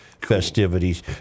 festivities